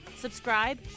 Subscribe